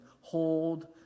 Hold